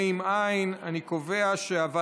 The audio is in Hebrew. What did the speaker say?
איך שאתה